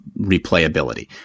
replayability